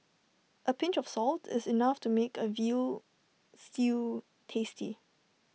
A pinch of salt is enough to make A Veal Stew tasty